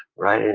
right, and